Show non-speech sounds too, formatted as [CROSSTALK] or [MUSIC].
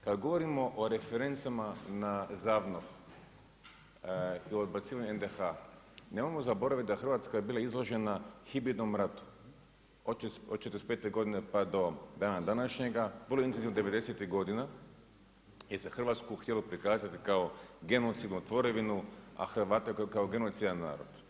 Kad govorimo o referencama na ZAVNOH i odbacivanje NDH nemojmo zaboraviti da Hrvatska je bila izložena hibridnom ratu od '45. godine pa do dana današnjega, … [UNINTELLIGIBLE] devedesetih godina jer se Hrvatsku htjelo prikazati kao genocidnu tvorevinu a Hrvate kao genocidan narod.